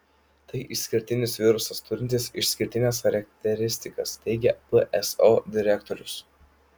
tai išskirtinis virusas turintis išskirtines charakteristikas teigia pso direktorius